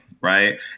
Right